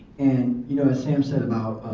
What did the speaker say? and you know as sam said about